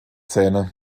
zähne